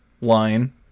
line